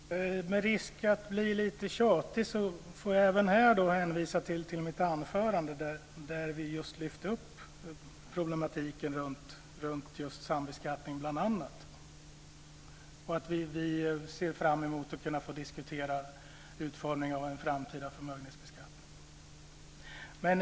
Herr talman! Risken finns att jag framstår som lite tjatig men även här får jag hänvisa till mitt anförande där jag just lyfter fram problematiken kring bl.a. sambeskattningen. Vi ser fram emot att kunna diskutera utformningen av en framtida förmögenhetsbeskattning.